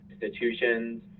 institutions